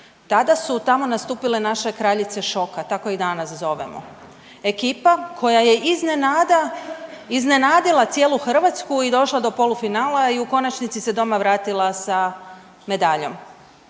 Tada su tamo nastupile naše kraljice šoka tako ih danas zovemo, ekipa koja je iznenada iznenadila cijelu Hrvatsku i došla do polufinala i u konačnici se doma vratila sa medaljom.